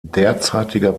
derzeitiger